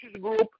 group